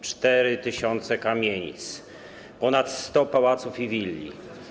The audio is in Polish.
4 tys. kamienic, ponad 100 pałaców i willi.